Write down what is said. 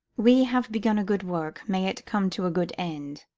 we have begun a good work, may it come to a good end!